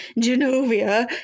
Genovia